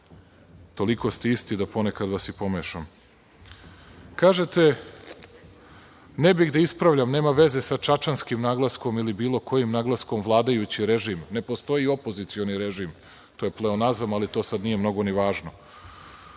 Toliko ste isti da vas ponekad pomešam. Kažete, ne bih da ispravljam, nema veze sa čačanskim naglaskom ili bilo kojim naglaskom, vladajući režim, ne postoji opozicioni režim. To je pleonazam, ali to sada nije mnogo važno.